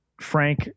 frank